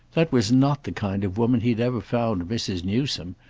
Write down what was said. that was not the kind of woman he had ever found mrs. newsome,